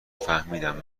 فهمیدم